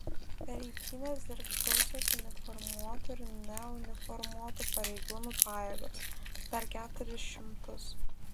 per eitynes dirbs gausios uniformuotų ir neuniformuotų pareigūnų pajėgos per keturis šimtus